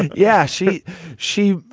yeah she she.